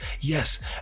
yes